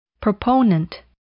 Proponent